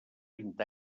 vint